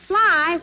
Fly